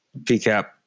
PCAP